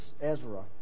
Ezra